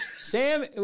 Sam